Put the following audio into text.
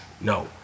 No